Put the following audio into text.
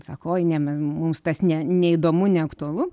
sako oi ne me mums tas ne neįdomu neaktualu